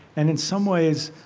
and in some ways,